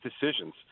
decisions